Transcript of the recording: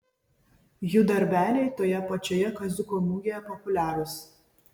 jų darbeliai toje pačioje kaziuko mugėje populiarūs